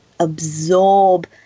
Absorb